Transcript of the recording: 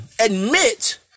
Admit